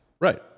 Right